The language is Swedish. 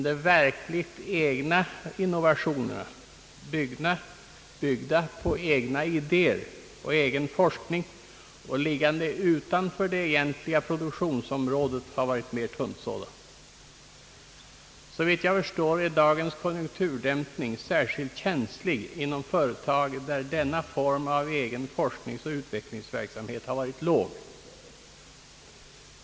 De verkligt egna innovationerna, byggda på egna idéer och egen forskning och liggande utanför det egentliga produktionsområdet, har varit mera tunnsådda. Såvitt jag förstår är dagens konjunkturdämpning särskilt märkbar inom företag där denna form av forskningsoch utvecklingsarbete har varit obetydlig.